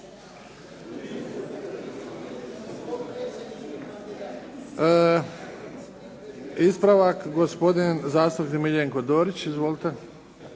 Ispravak gospodin zastupnik Miljenko Dorić. Izvolite.